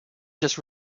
just